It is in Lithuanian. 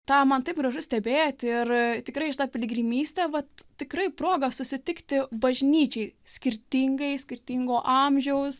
tą man taip gražu stebėti ir tikrai šita piligrimystė vat tikrai proga susitikti bažnyčiai skirtingai skirtingo amžiaus